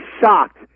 shocked